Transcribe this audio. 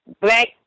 black